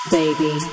baby